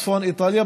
צפון איטליה,